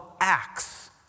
Acts